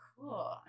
Cool